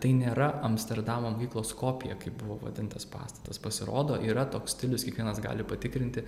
tai nėra amsterdamo mokyklos kopija kaip buvo vadintas pastatas pasirodo yra toks stilius kiekvienas gali patikrinti